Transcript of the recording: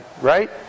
right